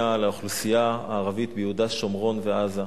אוטונומיה לאוכלוסייה הערבית ביהודה, שומרון ועזה.